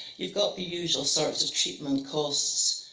you've got the usual sorts of treatment costs.